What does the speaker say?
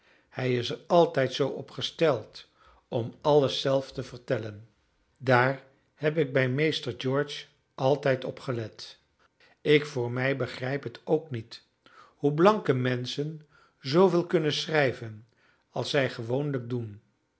hij is er altijd zoo op gesteld om alles zelf te vertellen daar heb ik bij meester george altijd op gelet ik voor mij begrijp het ook niet hoe blanke menschen zooveel kunnen schrijven als zij gewoonlijk doen